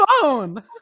phone